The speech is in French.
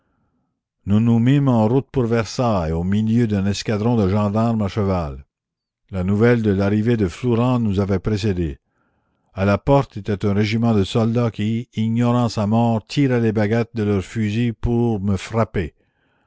nous nous mîmes en route pour versailles au milieu d'un escadron de gendarmes à cheval la nouvelle de l'arrivée de flourens nous avait précédés a la porte était un régiment de soldats qui ignorant sa mort tiraient les baguettes de leurs fusils pour me frapper